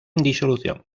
disolución